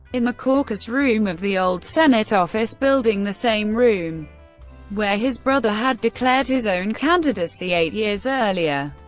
in the caucus room of the old senate office building, the same room where his brother had declared his own candidacy eight years earlier.